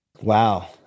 Wow